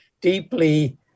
deeply